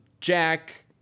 Jack